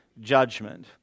judgment